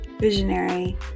visionary